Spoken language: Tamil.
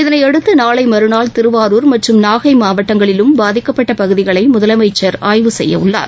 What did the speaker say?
இதனையடுத்து நாளை மறுநாள் திருவாரூர் மற்றும் நாகை மாவட்டங்களிலும் பாதிக்கப்பட்ட பகுதிகளை முதலமைச்சர் ஆய்வு செய்யவுள்ளார்